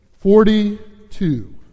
Forty-two